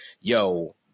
yo